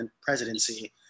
presidency